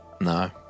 No